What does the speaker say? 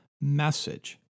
message